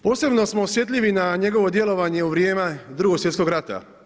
Posebno smo osjetljivi na njegovo djelovanje u vrijeme Drugog svjetskog rata.